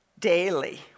Daily